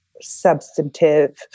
substantive